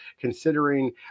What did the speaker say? considering